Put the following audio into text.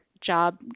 job